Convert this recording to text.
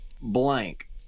Blank